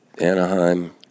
Anaheim